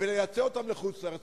ולייצא אותם לחוץ-לארץ?